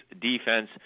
defense